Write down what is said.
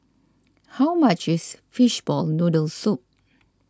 how much is Fishball Noodle Soup